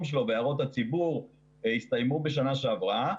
שלו להערות הציבור הסתיימו בשנה שעברה.